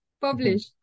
publish